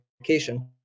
education